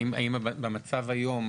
האם במצב הנוהג היום,